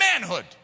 manhood